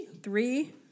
Three